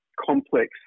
complex